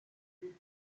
huit